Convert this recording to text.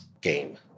game